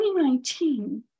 2019